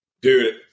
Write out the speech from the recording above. Dude